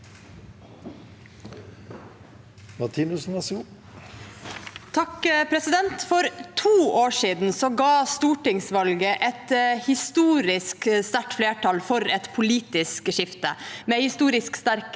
(R) For to år siden ga stortingsvalget et historisk sterkt flertall for et politisk skifte, med en historisk sterk